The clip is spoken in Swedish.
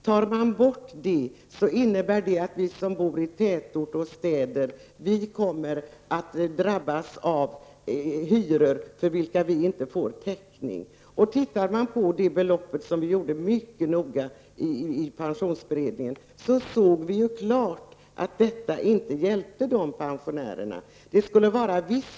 Tar man bort det, så innebär detta att vi som bor i tätorter och städer kommer att drabbas av hyror för vilka vi inte får teckning. Tittar man på beloppet, som vi gjorde mycket noga i pensionsberedningen, så ser man klart att detta inte hjälper de pensionärerna.